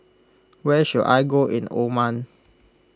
where should I go in Oman